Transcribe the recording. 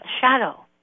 shadow